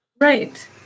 right